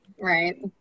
right